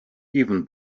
even